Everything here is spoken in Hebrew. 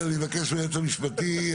אני מבקש מהיועץ המשפטי,